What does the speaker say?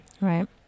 right